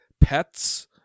pets